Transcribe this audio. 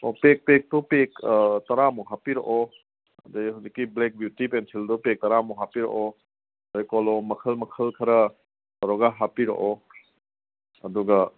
ꯑꯣ ꯄꯦꯛ ꯄꯦꯛꯇꯨ ꯄꯦꯛ ꯑꯥ ꯇꯔꯥꯃꯨꯛ ꯍꯥꯞꯄꯤꯔꯛꯑꯣ ꯑꯗꯒꯤ ꯍꯧꯖꯤꯛꯀꯤ ꯕ꯭ꯂꯦꯛ ꯕ꯭ꯌꯨꯇꯤ ꯄꯦꯟꯁꯤꯜꯗꯣ ꯄꯦꯛ ꯇꯔꯥꯃꯨꯛ ꯍꯥꯞꯄꯤꯔꯛꯑꯣ ꯑꯗꯒꯤ ꯀꯣꯂꯣꯝ ꯃꯈꯜ ꯃꯈꯜ ꯈꯔ ꯇꯧꯔꯒ ꯍꯥꯞꯄꯤꯔꯛꯑꯣ ꯑꯗꯨꯒ